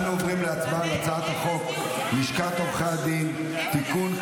אנו עוברים להצבעה על הצעת חוק לשכת עורכי הדין (תיקון,